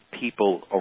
people